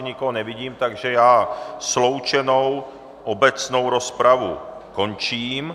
Nikoho nevidím, takže já sloučenou obecnou rozpravu končím.